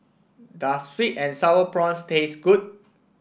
does sweet and sour prawns taste good